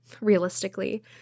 realistically